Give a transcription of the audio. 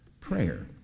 prayer